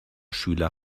schüler